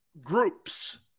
groups